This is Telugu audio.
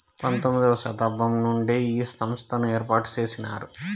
పంతొమ్మిది వ శతాబ్దం నుండే ఈ సంస్థను ఏర్పాటు చేసినారు